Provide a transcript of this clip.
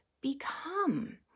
become